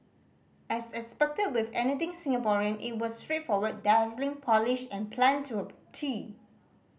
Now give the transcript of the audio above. as expected with anything Singaporean it was straightforward dazzling polished and planned to a tee